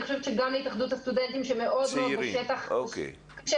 אני חושבת שגם להתאחדות הסטודנטים,